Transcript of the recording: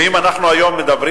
ואם אנחנו מדברים